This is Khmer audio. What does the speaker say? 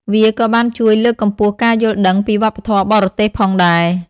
វាក៏បានជួយលើកកម្ពស់ការយល់ដឹងពីវប្បធម៌បរទេសផងដែរ។